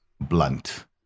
blunt